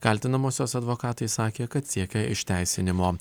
kaltinamosios advokatai sakė kad siekia išteisinimo